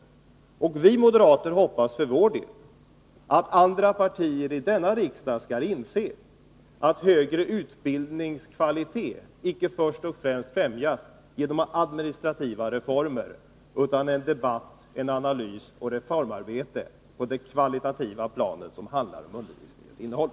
Vi moderater hoppas att andra partier i denna riksdag skall inse att den högre utbildningens kvalitet icke först och främst främjas genom administrativa reformer — utan genom en debatt, en analys och ett reformarbete kring undervisningens innehåll.